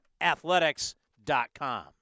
athletics.com